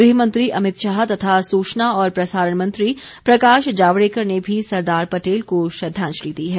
गृहमंत्री अमित शाह तथा सूचना और प्रसारण मंत्री प्रकाश जावडेकर ने भी सरदार पटेल को श्रद्धांजलि दी है